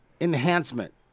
enhancement